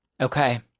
Okay